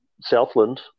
Southland